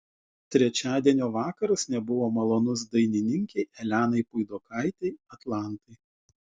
trečiadienio vakaras nebuvo malonus dainininkei elenai puidokaitei atlantai